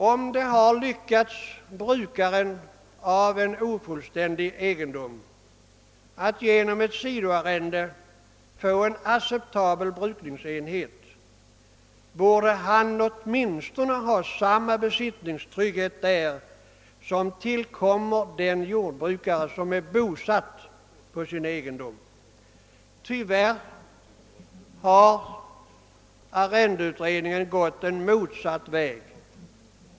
Om det har lyckats brukaren av en ofullständig egendom att genom ett sidoarrende få en acceptabel brukningsenhet borde han åtminstone ha samma besittningstrygghet där som tillkommer den jordbrukare som är bosatt på sin egendom. Tyvärr har arrendelagsutredningen gått en motsatt väg.